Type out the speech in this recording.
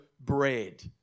bread